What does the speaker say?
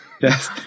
Yes